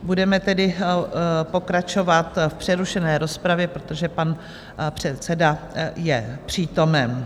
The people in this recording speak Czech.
Budeme tedy pokračovat v přerušené rozpravě, protože pan předseda je přítomen.